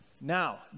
Now